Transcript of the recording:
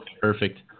perfect